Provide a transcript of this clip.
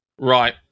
Right